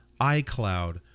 iCloud